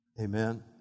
Amen